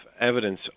evidence